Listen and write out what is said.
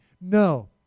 No